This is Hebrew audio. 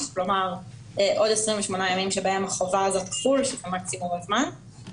וגם החובה של כולם גם ימי,